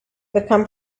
become